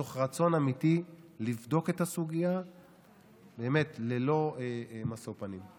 מתוך רצון אמיתי לבדוק את הסוגיה ללא משוא פנים.